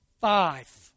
Five